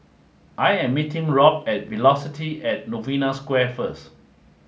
I am meeting Robb at Velocity at Novena Square first